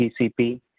TCP